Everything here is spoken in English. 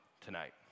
tonight